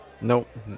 Nope